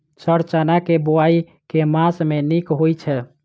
Sir चना केँ बोवाई केँ मास मे नीक होइ छैय?